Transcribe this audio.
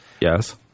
Yes